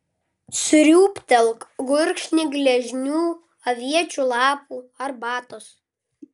sriūbtelk gurkšnį gležnų aviečių lapų arbatos